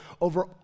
over